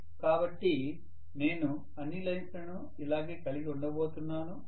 కాబట్టి నేను అన్ని లైన్స్ లను ఇలాగే కలిగి ఉండబోతున్నాను